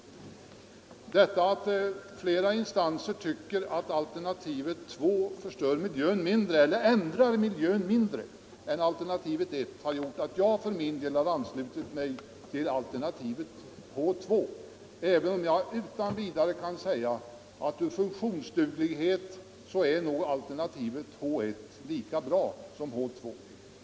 Det förhållandet att flera instanser tycker att alternativet H 2 ändrar miljön mindre än alternativet H 1 har gjort att jag för min del förordar H 2, även om jag utan vidare kan säga att med avseende på funktionsdugligheten är nog H 1 lika bra som H 2.